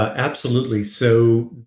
absolutely. so